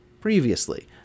previously